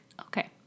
Okay